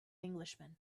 englishman